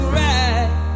right